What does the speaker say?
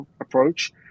approach